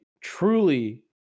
truly